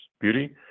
beauty